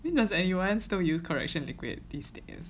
does anyone still use correction liquid